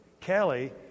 Kelly